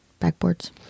backboards